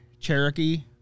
Cherokee